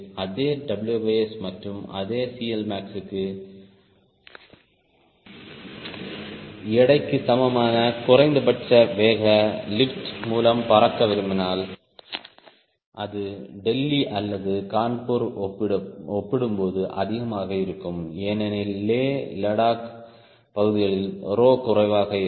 அதே WS மற்றும் அதே CLmax க்கு எடைக்கு சமமான குறைந்தபட்ச வேக லிப்ட் மூலம் பறக்க விரும்பினால் அது டெல்லி அல்லது கான்பூருடன் ஒப்பிடும்போது அதிகமாக இருக்கும் ஏனெனில் லே லடாக் பகுதியில் ரோ குறைவாக இருக்கும்